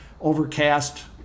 Overcast